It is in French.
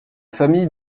famille